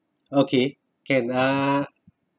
okay can uh